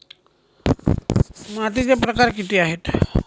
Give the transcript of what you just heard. मातीचे प्रकार किती आहेत?